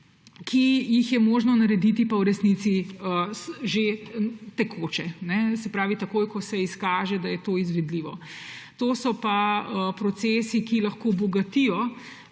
resnici možno narediti že tekoče, se pravi, takoj ko se izkaže, da je to izvedljivo. To so pa procesi, ki lahko bogatijo